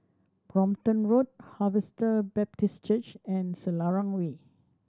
Brompton Road Harvester Baptist Church and Selarang Way